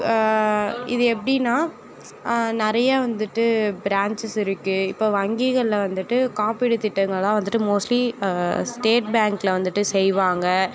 இது எப்படினா நிறையா வந்துட்டு ப்ராஞ்சஸ் இருக்குது இப்போ வங்கிகளில் வந்துட்டு காப்பீடு திட்டங்கள்லாம் வந்துட்டு மோஸ்ட்லி ஸ்டேட் பேங்க்கில் வந்துட்டு செய்வாங்க